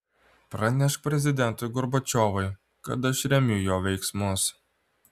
pranešk prezidentui gorbačiovui kad aš remiu jo veiksmus